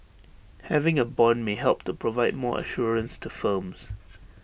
having A Bond may help to provide more assurance to firms